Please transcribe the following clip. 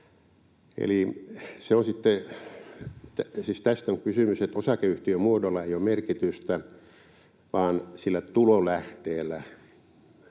tästä on kysymys, että osakeyhtiömuodolla ei ole merkitystä vaan sillä tulolähteellä,